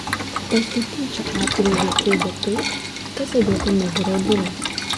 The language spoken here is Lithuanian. paskui tyčia apgręžė kėdę taip kad sėdėtų nugara į duris